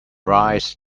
rise